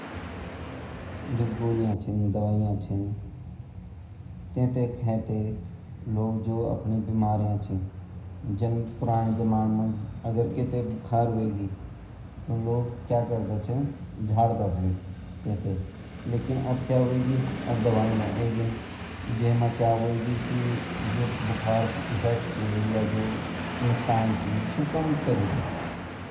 आजा टाइम मा जो लोग दवाई ल्योन्ड लगया छिन अर अपरी लम्बी उम्र कन लगया छिन वेगु समाज पर इति अछू असर क्वे नि पड़ी जु पहला लोग छिन उ भोत मजबूत छिन भोत अच्छा छिन अर जु आजा लोग दवाई खाण्ड लगया छिन कभी खूटा दर्द कभी ऊना सर दर्द छिन अर वो बिमारियो मा ही चलिया छिन पहला लोग अच्छा वोन छा जु ज़्यादा दवाई नी खानच।